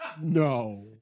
No